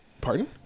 Pardon